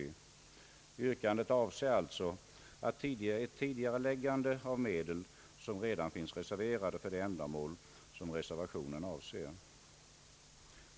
Yrkandet avser alltså ett tidigareläggande av medel som redan finns reserverade för det ändamål reservanterna avser.